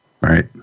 Right